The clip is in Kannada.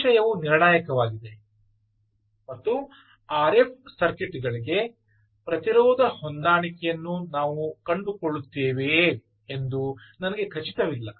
ಈ ವಿಷಯವು ನಿರ್ಣಾಯಕವಾಗಿದೆ ಮತ್ತು ಆರ್ ಎಫ್ ಸರ್ಕ್ಯೂಟ್ಗಳಿಗೆ ಪ್ರತಿರೋಧ ಹೊಂದಾಣಿಕೆಯನ್ನು ನಾವು ಕಂಡುಕೊಳ್ಳುತ್ತೇವೆಯೇ ಎಂದು ನನಗೆ ಖಚಿತವಿಲ್ಲ